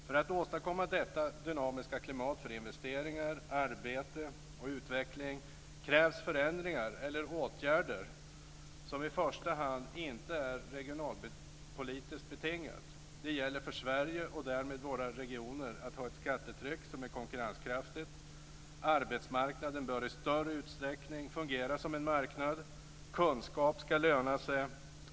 För att åstadkomma detta dynamiska klimat för investeringar, arbete och utveckling krävs förändringar eller åtgärder som i första hand inte är regionalpolitiskt betingade. Det gäller för Sverige och därmed våra regioner att ha ett skattetryck som är konkurrenskraftigt. Arbetsmarknaden bör i större utsträckning fungera som en marknad. Kunskap ska löna sig.